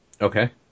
okay